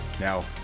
Now